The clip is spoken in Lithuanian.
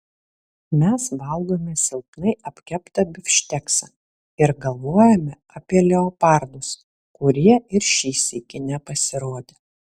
mes valgome silpnai apkeptą bifšteksą ir galvojame apie leopardus kurie ir šį sykį nepasirodė